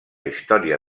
història